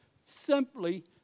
simply